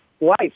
life